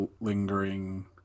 lingering